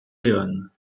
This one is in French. leone